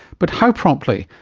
but how promptly,